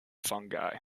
fungi